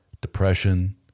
depression